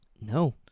No